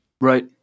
Right